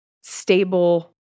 stable